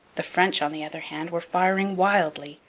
the french, on the other hand, were firing wildly,